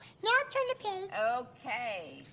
now turn the page. okay.